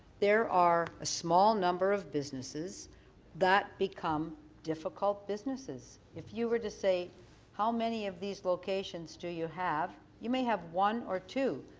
there are a small number of businesses that become difficult businesses. if the you were to say how many of these locations do you have, you may have one or two.